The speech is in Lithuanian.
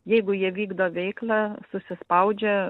jeigu jie vykdo veiklą susispaudžia